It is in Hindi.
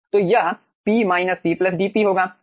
तो यह P P dP होगा